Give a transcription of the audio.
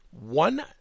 one